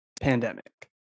pandemic